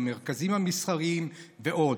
במרכזים המסחריים ועוד.